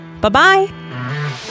Bye-bye